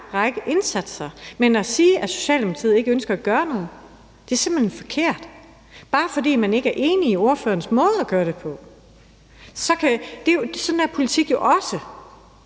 række indsatser at lave, men at sige, at Socialdemokratiet ikke ønsker at gøre noget, bare fordi man ikke er enig i ordførerens måde at gøre det på, er simpelt hen